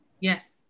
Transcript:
Yes